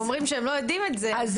ואומרים שהם לא יודעים את זה --- אני